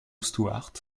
stuart